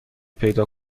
پیدا